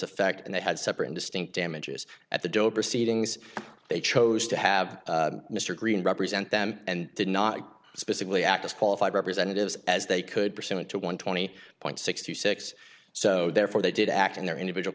effect and they had separate distinct damages at the doe proceedings they chose to have mr green represent them and did not specifically act as qualified representatives as they could pursuant to one twenty point six two six so therefore they did act in their individual